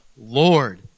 Lord